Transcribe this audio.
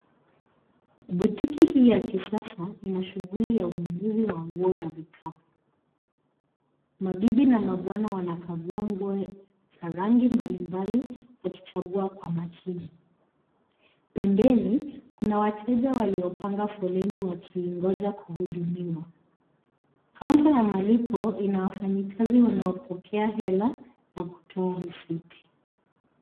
Botiki hii ya kisasa ina shughuli ya ununuzi wa nguo na vikapu. Mabibi na mabwana wanakagua nguo za rangi mbalimbali wakichagua kwa makini. Pembeni kuna wateja waliopanga foleni wakingoja kuhudumiwa. Kaunta ya malipo inawafanyikazi wanaopokea hela na kutoa risiti.